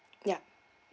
yeah